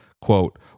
quote